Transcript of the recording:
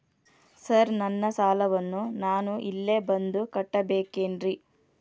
Sir ನನ್ನ ಸಾಲವನ್ನು ನಾನು ಇಲ್ಲೇ ಬಂದು ಕಟ್ಟಬೇಕೇನ್ರಿ?